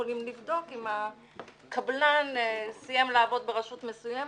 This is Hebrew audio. יכולים לבדוק אם הקבלן סיים לעבוד ברשות מסוימת,